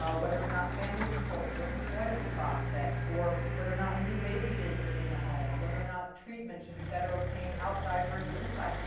ah whether or not family is important or employment prospects or whether or not a new baby is in the home, or whether or not treatment should be better obtained outside versus inside.